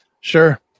Sure